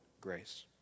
grace